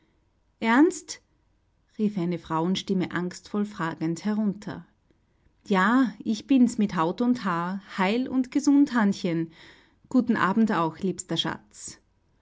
ernst rief eine frauenstimme angstvoll fragend herunter ja ich bin's mit haut und haar heil und gesund hannchen guten abend auch liebster schatz